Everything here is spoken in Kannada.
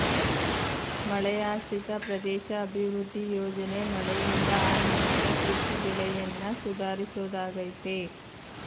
ಮಳೆಯಾಶ್ರಿತ ಪ್ರದೇಶ ಅಭಿವೃದ್ಧಿ ಯೋಜನೆ ಮಳೆಯಿಂದ ಹಾನಿಯಾದ ಕೃಷಿ ಬೆಳೆಯನ್ನ ಸುಧಾರಿಸೋದಾಗಯ್ತೆ